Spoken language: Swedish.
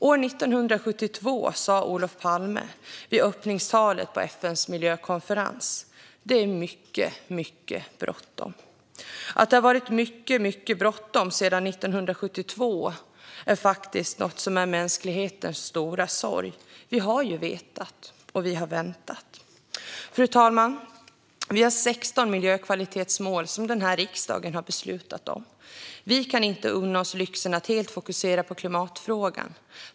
År 1972 sa Olof Palme i öppningstalet på FN:s miljökonferens: Det är mycket, mycket bråttom. Att det varit mycket, mycket bråttom sedan 1972 är faktiskt något som är mänsklighetens stora sorg. Vi har vetat, och vi har väntat. Fru talman! Vi har 16 miljökvalitetsmål som denna riksdag har beslutat om. Vi kan inte unna oss lyxen att helt fokusera på klimatfrågan.